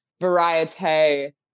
variety